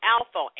Alpha